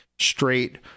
straight